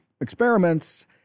experiments